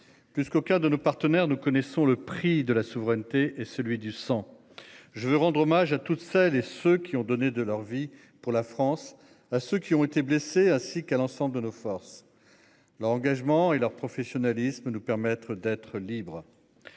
Jusqu'au coeur de nos partenaires, nous connaissons le prix de la souveraineté et celui du sang. Je veux rendre hommage à toutes celles et ceux qui ont donné de leur vie pour la France à ceux qui ont été blessés ainsi qu'à l'ensemble de nos forces. Leur engagement et leur professionnalisme nous permettre d'être libre.